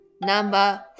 number